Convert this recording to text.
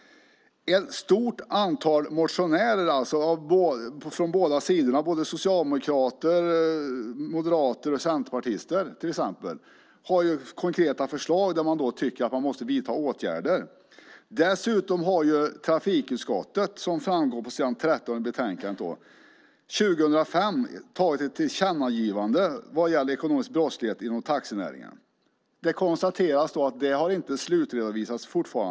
Ett stort antal motionärer från båda sidor - det är både socialdemokrater, moderater och centerpartister, till exempel - har konkreta förslag där man tycker att åtgärder måste vidtas. Dessutom gjorde trafikutskottet, vilket framgår på s. 13 i betänkandet, 2005 ett tillkännagivande vad gäller ekonomisk brottslighet inom taxinäringen. Det konstateras att det ännu inte har slutredovisats.